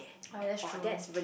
right that's true